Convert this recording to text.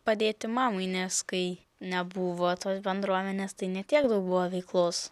padėti mamai nes kai nebuvo tos bendruomenės tai ne tiek daug buvo veiklos